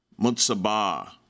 Mutsaba